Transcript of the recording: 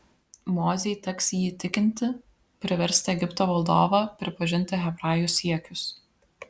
mozei teks jį įtikinti priversti egipto valdovą pripažinti hebrajų siekius